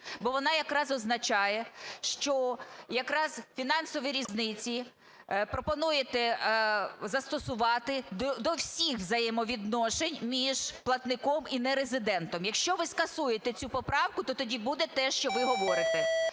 бо вона якраз означає, що якраз фінансові різниці пропонуєте застосувати до всіх взаємовідношень між платником і нерезидентом. Якщо ви скасуєте цю поправку, то тоді буде те, що ви говорите.